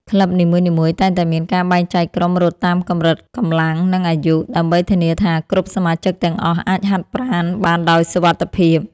ក្លឹបនីមួយៗតែងតែមានការបែងចែកក្រុមរត់តាមកម្រិតកម្លាំង និងអាយុ ដើម្បីធានាថាគ្រប់សមាជិកទាំងអស់អាចហាត់ប្រាណបានដោយសុវត្ថិភាព។